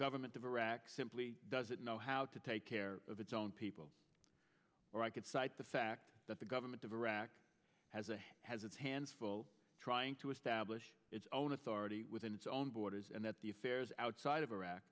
government of iraq simply doesn't know how to take care of its own people or i could cite the fact that the government of iraq has a has its hands full trying to establish its own authority within its own borders and that the affairs outside of iraq